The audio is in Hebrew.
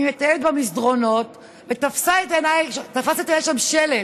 אני מטיילת במסדרונות, ותפס את עיניי שם שלט: